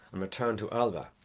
and return to alba.